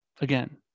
again